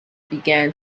began